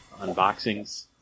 unboxings